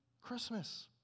Christmas